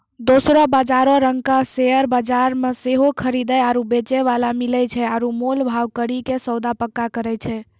दोसरो बजारो रंगका शेयर बजार मे सेहो खरीदे आरु बेचै बाला मिलै छै आरु मोल भाव करि के सौदा पक्का करै छै